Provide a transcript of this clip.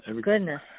Goodness